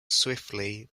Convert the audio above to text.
swiftly